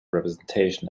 representation